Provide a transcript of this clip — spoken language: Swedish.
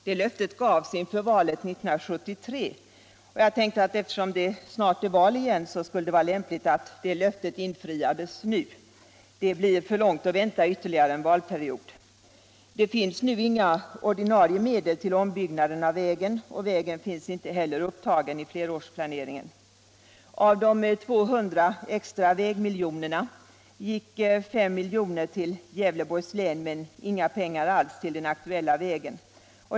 Det löftet Nr 43 gavs inför valet 1973, och jag tänkte att eftersom det snart är val igen Torsdagen den så skulle det vara lämpligt att det löftet infriades nu. Det blir för länge 11 december 1975 att vänta ytterligare en valperiod. LL — Det finns inga ordinarie medel till ombyggnaden av vägen, och vägen Om ombyggnad av finns inte heller upptagen i flerårsplaneringen. viss del av riksväg 82 Av de 200 extra vägmiljonerna gick 5 miljoner till Gävleborgs län men inga pengar alls till den aktuella vägen.